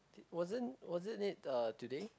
wasn't wasn't it uh today